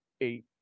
eight